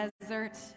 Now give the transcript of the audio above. desert